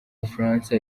bufaransa